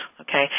Okay